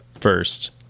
First